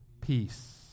peace